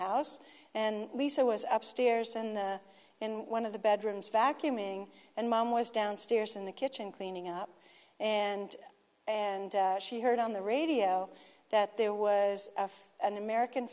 house and lisa was upstairs and in one of the bedrooms vacuuming and mom was downstairs in the kitchen cleaning up and and she heard on the radio that there was an american